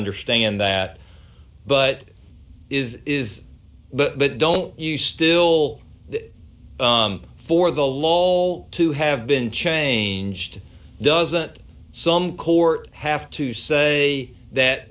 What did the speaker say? understand that but is is but don't you still for the law to have been changed doesn't some court have to say that